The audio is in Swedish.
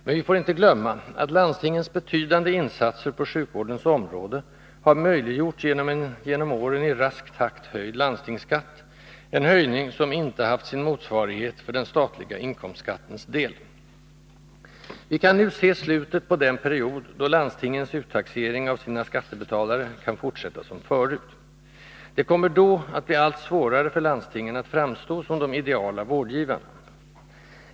Men vi får inte glömma att landstingens betydande insatser på sjukvårdens område har möjliggjorts av en genom åren i rask takt höjd landstingsskatt, en höjning som inte haft sin motsvarighet för den statliga inkomstskattens del. Vi kan nu se slutet på den period då landstingens uttaxering av sina skattebetalare kan fortsätta som förut. Det kommer då att bli allt svårare för landstingen att framstå som de ideala vårdgivarna.